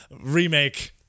remake